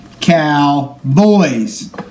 cowboys